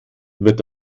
wird